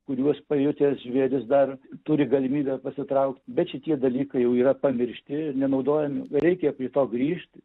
kuriuos pajutęs žvėris dar turi galimybę pasitraukt bet šitie dalykai jau yra pamiršti nenaudojami reikia prie to grįžt